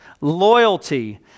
loyalty